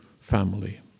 family